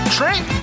Trent